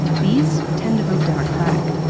these tend to vote democratic.